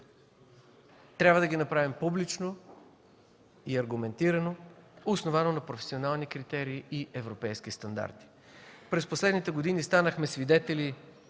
трябва да ги направим публично и аргументирано, основано на професионални критерии и европейски стандарти. През последните години станахме свидетели